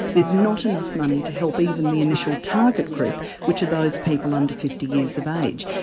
there's not enough money to help even the initial target group which are those people under fifty years of age.